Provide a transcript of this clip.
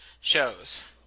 shows